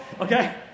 Okay